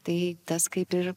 tai tas kaip ir